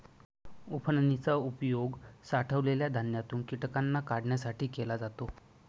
उफणनी चा उपयोग साठवलेल्या धान्यातून कीटकांना काढण्यासाठी केला जातो